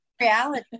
Reality